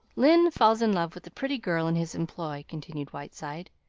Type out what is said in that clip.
lyne falls in love with a pretty girl in his employ, continued whiteside.